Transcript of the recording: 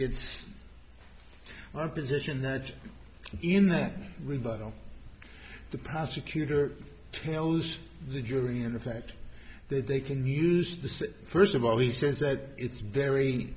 it's our position that in that rebuttal the prosecutor tells the jury in effect that they can use the first of all he says that it's very